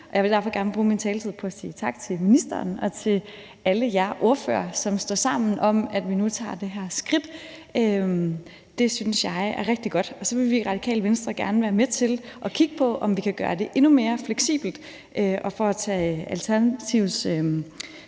jeg vil derfor gerne bruge min taletid på at sige tak til ministeren og til alle jer ordførere, som har stået sammen om, at vi nu tager det her skridt. Det synes jeg er rigtig godt, og så vil vi i Radikale Venstre gerne vil være med til at kigge på, om vi kan gøre det endnu mere fleksibelt. For at tage Alternativets hr.